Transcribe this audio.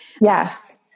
yes